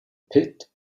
pit